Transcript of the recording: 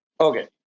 Okay